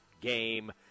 game